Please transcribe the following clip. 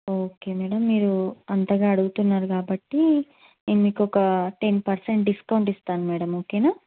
okay madam మీరు అంతగా అడుగుతున్నారు కాబట్టి నేను మీకొక టెన్ పర్సెంట్ డిస్కౌంట్ ఇస్తాను మేడం ఓకేనా